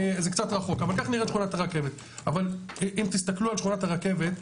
אבל אם תסתכלו על שכונת הרכבת,